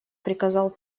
приказал